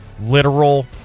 literal